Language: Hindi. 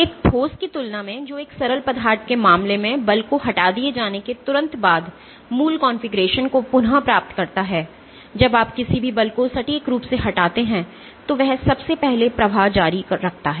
एक ठोस की तुलना में जो एक तरल पदार्थ के मामले में बल को हटा दिए जाने के तुरंत बाद मूल कॉन्फ़िगरेशन को पुन प्राप्त करता है जब आप किसी भी बल को सटीक रूप से हटाते हैं तो वह सबसे पहले प्रवाह जारी रखता है